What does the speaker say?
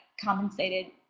compensated